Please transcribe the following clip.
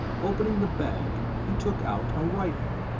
opening the bag, he took out a rifle!